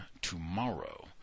tomorrow